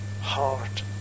heart